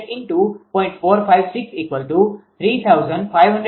456 3556